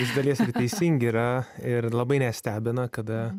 iš dalies teisingi yra ir labai nestebina kada